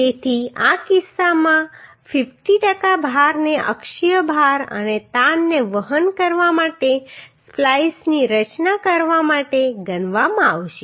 તેથી આ કિસ્સામાં 50 ટકા ભારને અક્ષીય ભાર અને તાણને વહન કરવા માટે સ્પ્લાઈસની રચના કરવા માટે ગણવામાં આવશે